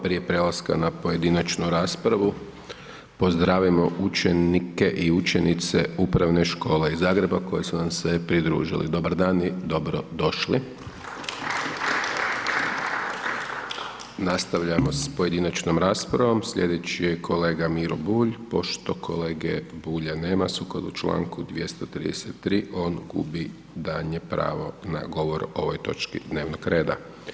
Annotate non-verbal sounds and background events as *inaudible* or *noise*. Prije prelaska na pojedinačnu raspravu, pozdravimo učenike i učenice Upravne škole iz Zagreba koji su nam se pridružili, dobar dan i dobro došli!... *applause* Nastavljamo s pojedinačnom raspravom, slijedeći je kolega Miro Bulj, Pošto kolege Bulja nema, sukladno čl. 233 on gubi daljnje pravo na govor o ovoj točki dnevnog reda.